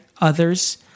others